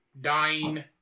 Dying